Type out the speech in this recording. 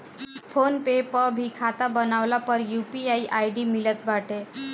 phone पे पअ भी खाता बनवला पअ यू.पी.आई आई.डी मिलत बाटे